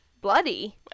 Bloody